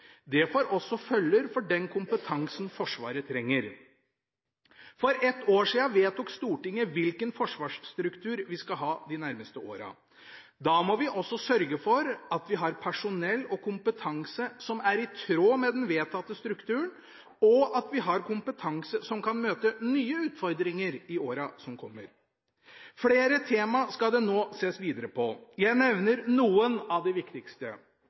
også følger for den kompetansen Forsvaret trenger. For ett år siden vedtok Stortinget hvilken forsvarsstruktur vi skal ha de nærmeste årene. Da må vi også sørge for at vi har personell og kompetanse som er i tråd med den vedtatte strukturen, og at vi har kompetanse som kan møte nye utfordringer i årene som kommer. Flere tema skal det nå ses videre på. Jeg nevner noen av de viktigste: